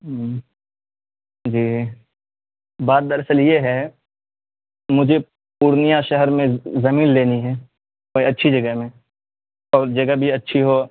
ہوں جی بات در اصل یہ ہے مجھے پورنیہ شہر میں زمین لینی ہے کوئی اچھی جگہ میں اور جگہ بھی اچھی ہو